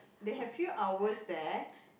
they have few hours there